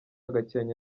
gakenke